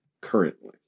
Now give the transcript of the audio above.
currently